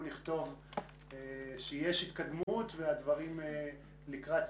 לכתוב שיש התקדמות והדברים לקראת סגירה,